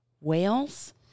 whales